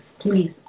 Please